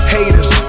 Haters